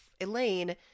Elaine